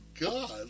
God